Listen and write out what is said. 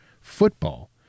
football